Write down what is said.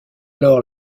alors